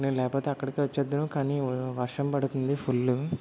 నేను లేకపోతే అక్కడికే వచ్చేద్దును కాని వ వర్షం పడుతుంది ఫుల్లు